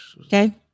Okay